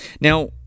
Now